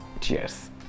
cheers